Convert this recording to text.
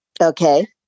Okay